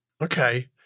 okay